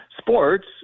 sports